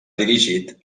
dirigit